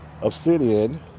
Obsidian